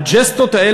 מה,